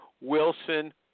Wilson